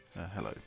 hello